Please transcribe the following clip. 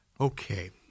Okay